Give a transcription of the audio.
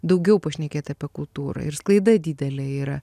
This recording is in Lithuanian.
daugiau pašnekėt apie kultūrą ir sklaida didelė yra